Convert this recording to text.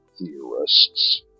theorists